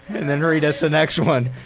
and then read us the next one